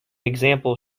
example